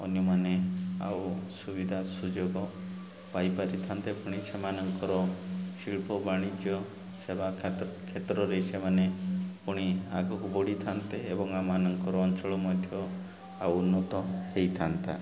ଅନ୍ୟମାନେ ଆଉ ସୁବିଧା ସୁଯୋଗ ପାଇପାରିଥାନ୍ତେ ପୁଣି ସେମାନଙ୍କର ଶିଳ୍ପ ବାଣିଜ୍ୟ ସେବା କ୍ଷେତ୍ର କ୍ଷେତ୍ରରେ ସେମାନେ ପୁଣି ଆଗକୁ ବଢ଼ିଥାନ୍ତେ ଏବଂ ଆମମାନଙ୍କର ଅଞ୍ଚଳ ମଧ୍ୟ ଆଉ ଉନ୍ନତ ହେଇଥାନ୍ତା